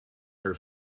her